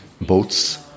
boats